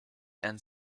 and